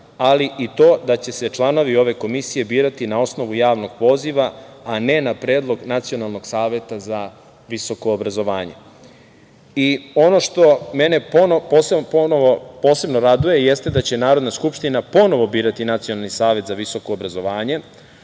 ali i to da će se članovi ove komisije birati na osnovu javnog poziva, a ne na predlog Nacionalnog saveta za visoko obrazovanje. Ono što mene posebno raduje jeste da će Narodna skupština ponovo birati Nacionalni savet za visoko obrazovanje.